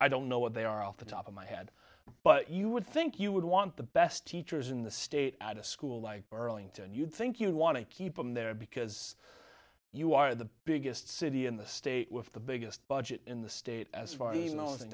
i don't know what they are off the top of my head but you would think you would want the best teachers in the state at a school like burlington you'd think you'd want to keep them there because you are the biggest city in the state with the biggest budget in the state as f